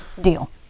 deal